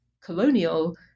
colonial